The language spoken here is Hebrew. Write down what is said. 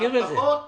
שההבטחות